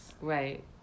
Right